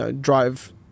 Drive